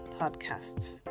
podcasts